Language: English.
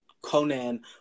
Conan